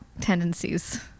tendencies